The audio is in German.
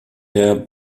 der